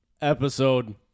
episode